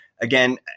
again